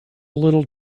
little